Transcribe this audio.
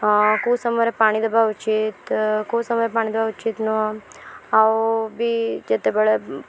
ହଁ କେଉଁ ସମୟରେ ପାଣି ଦେବା ଉଚିତ କେଉଁ ସମୟରେ ପାଣି ଦେବା ଉଚିତ ନୁହଁ ଆଉ ବି ଯେତେବେଳେ